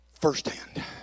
firsthand